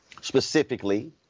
specifically